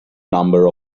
number